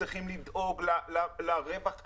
וצריכים לדאוג לרווח הסביר,